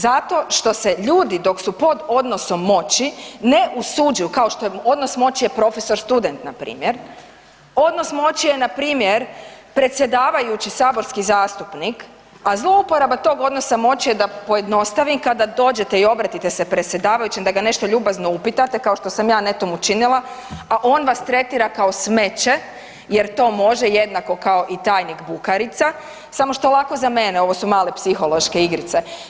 Zato što se ljudi dok su pod odnosom moći, ne usuđuju kao što je odnos moći je profesor-student npr., odnos moći je npr. predsjedavajući-saborski zastupnik, a zlouporaba tog odnosa moći je da pojednostavim, kada dođete i obratite se predsjedavajućem da ga nešto ljubazno upitate kao što sam ja netom učinila, a on vas tretira kao smeće jer to može jednako kao i tajnik Bukarica samo što lako za mene, ovo su male psihološke igrice.